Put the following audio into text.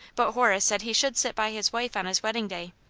but horace said he should sit by his wife on his wedding day,